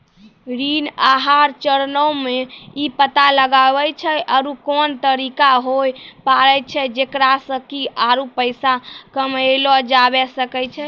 ऋण आहार चरणो मे इ पता लगाबै छै आरु कोन तरिका होय पाड़ै छै जेकरा से कि आरु पैसा कमयलो जाबै सकै छै